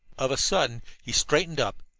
of a sudden he straightened up,